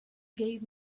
gave